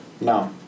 No